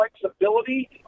flexibility